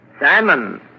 Simon